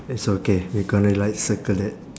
it's okay we gonna like circle that